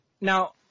Now